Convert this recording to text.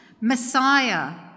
Messiah